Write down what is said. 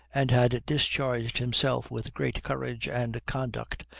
and had discharged himself with great courage and conduct,